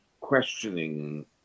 questioning